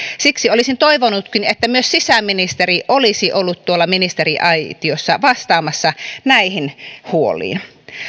siksi olisin toivonutkin että myös sisäministeri olisi ollut tuolla ministeriaitiossa vastaamassa näihin huoliin